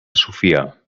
sofia